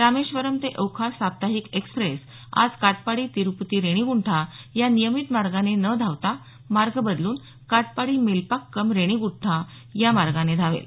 रामेश्वरम ते ओखा साप्ताहिक एक्स्प्रेस आज काटपाडी तिरुपती रेणीगुंठा या नियमित मार्गाने न धावता मार्ग बदलून काटपाडी मेल्पाक्कम रेणीगंठा या मार्गाने धावेल